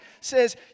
says